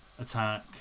Attack